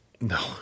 no